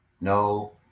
No